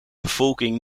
bevolking